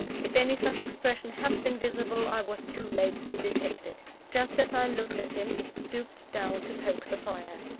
if any such expression had been visible, i was too late to detect it. just as i looked at him he stooped down to poke the fire.